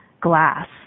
glass